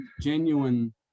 genuine